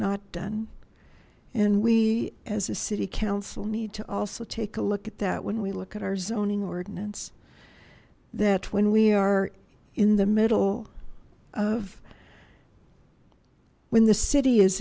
not done and we as a city council need to also take a look at that when we look at our zoning ordinance that when we are in the middle of when the city is